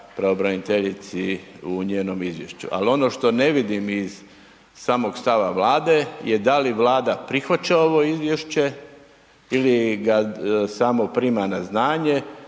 pravobraniteljici u njenom izvješću. Ali ono što ne vidim iz samog stava Vlade je da li Vlada prihvaća ovo izvješće ili ga samo prima na znanje,